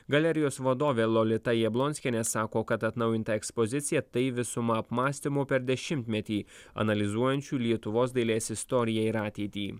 galerijos vadovė lolita jablonskienė sako kad atnaujinta ekspozicija tai visuma apmąstymų per dešimtmetį analizuojančių lietuvos dailės istoriją ir ateitį